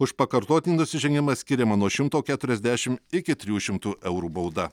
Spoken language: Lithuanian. už pakartotinį nusižengimą skiriama nuo šimto keturiasdešim iki trijų šimtų eurų bauda